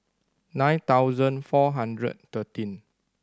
nine thousand four hundred thirteen